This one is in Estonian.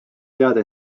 teada